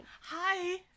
hi